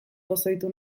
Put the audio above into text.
pozoitu